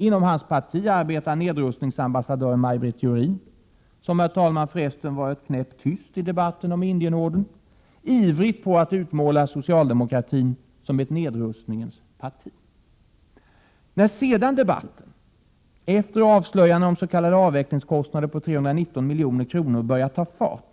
Inom hans parti arbetar nedrustningsambassadör Maj Britt Theorin, som för resten har varit knäpptyst i debatten om Indienordern, ivrigt med att utmåla socialdemokratin som ett nedrustningens parti. När sedan debatten — efter avslöjandena om s.k. avvecklingskostnader på 319 milj.kr. — börjar ta fart,